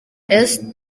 esther